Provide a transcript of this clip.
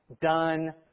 done